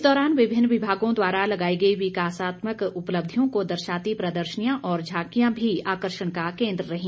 इस दौरान विभिन्न विभागों द्वारा लगाई गई विकासात्मक उपलब्धियों को दर्शाती प्रदर्शनियां और झांकियां भी आकर्षण का केन्द्र रहीं